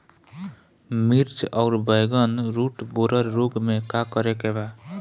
मिर्च आउर बैगन रुटबोरर रोग में का करे के बा?